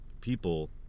People